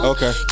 Okay